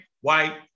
white